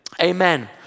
Amen